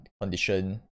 condition